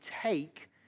take